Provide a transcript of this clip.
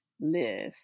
live